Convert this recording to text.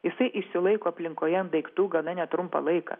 jisai išsilaiko aplinkoje ant daiktų gana netrumpą laiką